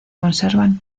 conservan